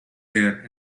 there